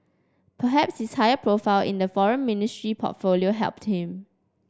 perhaps his higher profile in the foreign ministry portfolio helped him